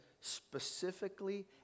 specifically